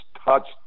touched